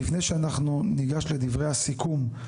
לפני שאנחנו ניגש לדברי הסיכום,